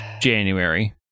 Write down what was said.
January